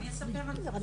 אני אספר על זה.